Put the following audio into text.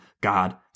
God